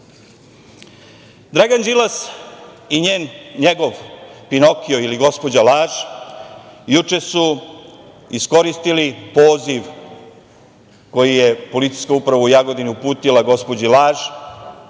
Đilas i njegov pinokio ili gospođa Laž, juče su iskoristili poziv koji je policijskoj upravi u Jagodini uputila gospođi Laž,